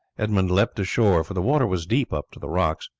edmund leapt ashore, for the water was deep up to the rocks,